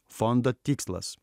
fondo tikslas